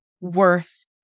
worth